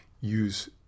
use